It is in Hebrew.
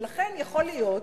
לכן יכול להיות,